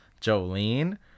Jolene